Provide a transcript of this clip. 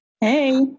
Hey